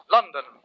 London